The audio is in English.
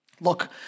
Look